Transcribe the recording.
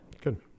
Good